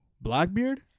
Blackbeard